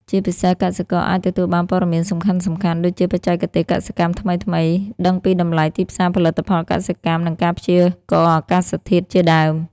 ជាពិសេស កសិករអាចទទួលបានព័ត៌មានសំខាន់ៗដូចជា បច្ចេកទេសកសិកម្មថ្មីៗ ដឹងពីតម្លៃទីផ្សារផលិតផលកសិកម្ម និងការព្យាករណ៍អាកាសធាតុជាដើម។